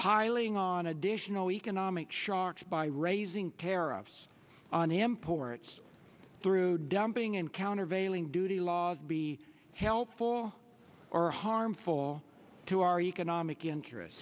piling on additional economic shocks by raising tariffs on imports through dumping and countervailing duty laws be helpful or harmful to our economic interests